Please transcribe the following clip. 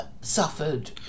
suffered